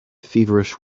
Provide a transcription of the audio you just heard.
feverish